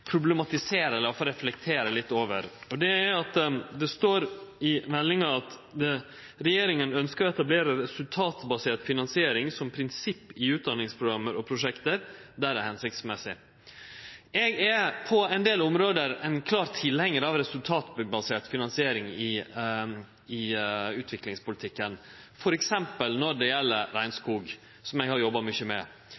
problematisere, eller iallfall reflektere litt over, og det er, som det står i innstillinga, at ein ønskjer «å etablere resultatbasert finansiering som prinsipp i utdanningsprogrammer og -prosjekter der det er hensiktsmessig». Eg er på ein del område ein klar tilhengar av resultatbasert finansiering i utviklingspolitikken, f.eks. når det gjeld